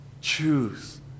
Choose